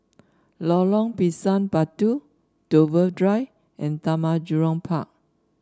Lorong Pisang Batu Dover Drive and Taman Jurong Park